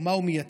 מה הוא מייצג,